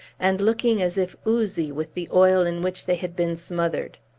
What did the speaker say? and looking as if oozy with the oil in which they had been smothered.